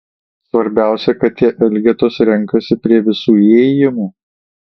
svarbiausia kad tie elgetos renkasi prie visų įėjimų